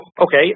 okay